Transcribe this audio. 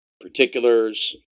particulars